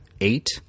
eight